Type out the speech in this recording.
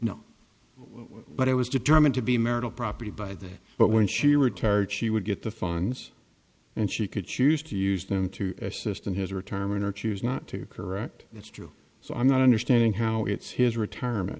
what it was determined to be marital property by that but when she retired she would get the funds and she could choose to use them to assist in his retirement or choose not to correct that's true so i'm not understanding how it's his retirement